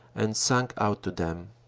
and sang out to them.